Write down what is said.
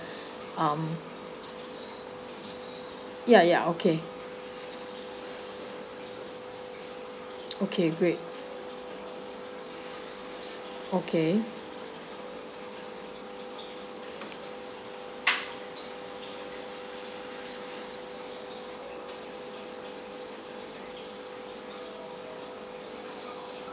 um yeah yeah okay okay great okay